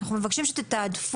אנחנו מבקשים שתתעדפו